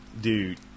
Dude